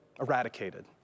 Eradicated